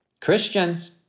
Christians